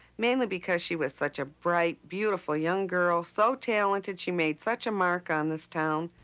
mainly because she was such a bright, beautiful young girl. so talented. she made such a mark on this town.